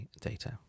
data